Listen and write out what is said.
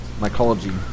Mycology